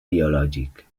biològic